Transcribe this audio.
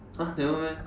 !huh! never meh